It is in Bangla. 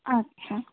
আচ্ছা